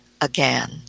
again